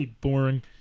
boring